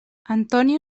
antonio